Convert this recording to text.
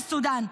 סודן?